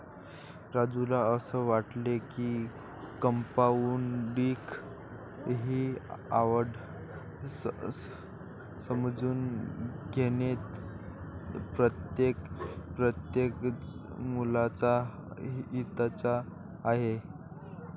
राजूला असे वाटते की कंपाऊंडिंग ची आवड समजून घेणे प्रत्येक मुलाच्या हिताचे आहे